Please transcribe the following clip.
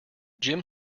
jim